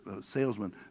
salesman